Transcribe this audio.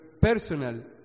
personal